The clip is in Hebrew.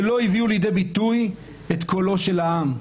ולא הביאו לידי ביטוי את קולו של העם,